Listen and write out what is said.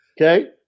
Okay